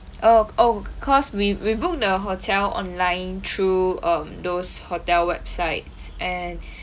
oh oh cause we we book the hotel online through um those hotel websites and